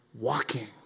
walking